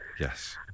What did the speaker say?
Yes